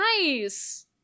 Nice